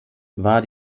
war